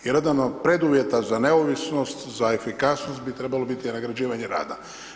Jer jedan od preduvjeta za neovisnost, za efikasnost bi trebalo biti nagrađivanje rada.